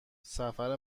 سفر